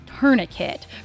Tourniquet